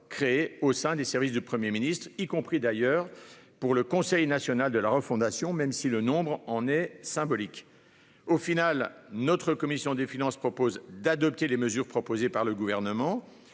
créés au sein des services de la Première ministre, y compris pour le Conseil national de la refondation, même si le nombre reste symbolique. En conclusion, la commission des finances propose d'adopter les mesures proposées par le Gouvernement